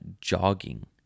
jogging